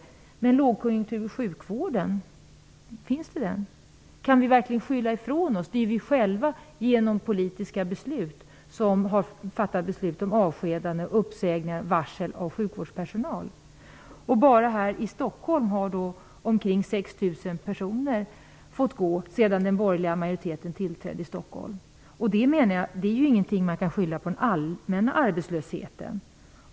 Men finns det lågkonjunktur inom sjukvården? Kan vi verkligen skylla ifrån oss? Det är ju vi själva som genom politiska beslut har åstadkommit avskedanden och varsel om uppsägningar av sjukvårdspersonal. Bara i Stockholm har omkring 6 000 personer fått gå, sedan den borgerliga majoriteten tillträdde i Stockholm. Detta faktum kan man ju inte skylla på den allmänna arbetslösheten.